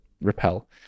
repel